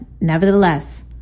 nevertheless